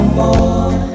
more